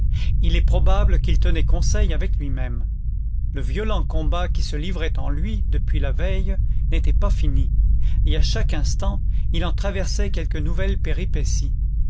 il est probable qu'il tenait conseil avec lui-même le violent combat qui se livrait en lui depuis la veille n'était pas fini et à chaque instant il en traversait quelque nouvelle péripétie